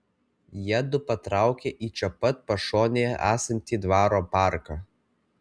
jiedu patraukia į čia pat pašonėje esantį dvaro parką